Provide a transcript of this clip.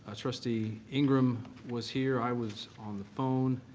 ah trustee ingram was here. i was on the phone.